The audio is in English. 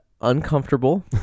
uncomfortable